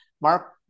Mark